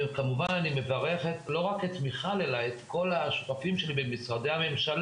כמובן אני מברכת לא רק את מיכל אלא גם את כל השותפים שלי במשרדי הממשלה.